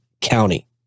County